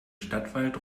stadtwald